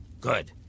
Good